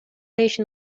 ишин